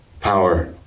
power